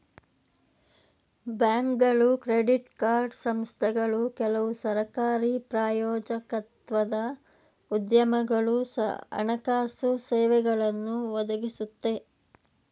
ಬ್ಯಾಂಕ್ಗಳು credit card ಸಂಸ್ಥೆಗಳು ಕೆಲವು ಸರಕಾರಿ ಪ್ರಾಯೋಜಕತ್ವದ ಉದ್ಯಮಗಳು ಹಣಕಾಸು ಸೇವೆಗಳನ್ನು ಒದಗಿಸುತ್ತೆ